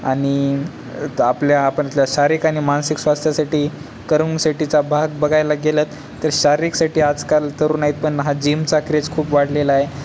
आणि आपल्या आपण आपल्या शारीरिक आणि मानसिक स्वास्थ्यासाठी करून साठीचा भाग बघायला गेलेत तर शारीरिकसाठी आजकाल तरुण नाहीत पण हा जिमचा क्रेज खूप वाढलेला आहे